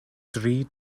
dri